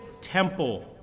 temple